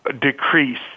decrease